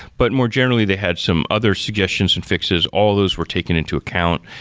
but more generally they had some other suggestions and fixes, all those were taken into account,